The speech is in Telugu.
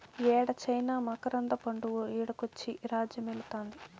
యేడ చైనా మకరంద పండు ఈడకొచ్చి రాజ్యమేలుతాంది